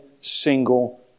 single